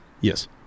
Yes